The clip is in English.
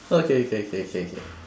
okay K K K K